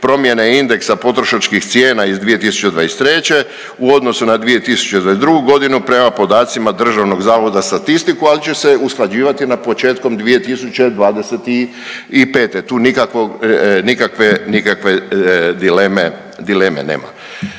promjena indeksa potrošačkih cijena iz 2023. u odnosu na 2022. prema podacima državnog zavoda statistiku ali će se usklađivati na početkom 2025., tu nikakvog, nikakve,